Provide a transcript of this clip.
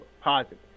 positive